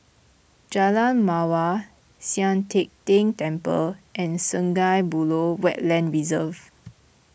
Jalan Mawar Sian Teck Tng Temple and Sungei Buloh Wetland Reserve